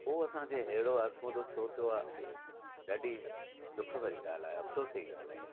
पोइ असां खे अहिड़ो आज़मूदो छो थियो आहे ॾाढी दुख भरी ॻाल्हि आहे अफ़सोस जी ॻाल्हि आहे